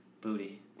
booty